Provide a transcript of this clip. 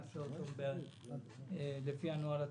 נעשה אותו לפי הנוהל התקין.